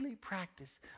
practice